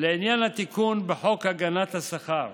לעניין התיקון בחוק הגנת השכר,